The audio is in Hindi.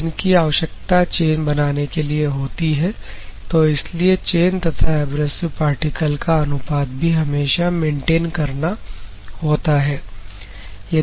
जिनकी आवश्यकता चेन बनाने के लिए होती है तो इसलिए चेन तथा एब्रेसिव पार्टिकल का अनुपात भी हमेशा मेंटेन करना होता है